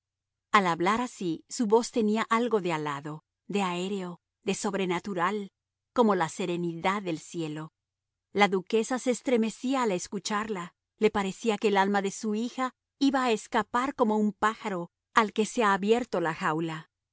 al hablar así su voz tenía algo de alado de aéreo de sobrenatural como la serenidad del cielo la duquesa se estremecía al escucharla le parecía que el alma de su hija iba a escapar como un pájaro al que se ha abierto la jaula